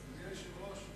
אדוני היושב-ראש,